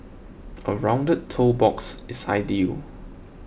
a rounded toe box is ideal